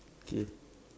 okay